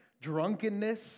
drunkenness